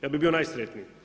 Ja bih bio najsretniji.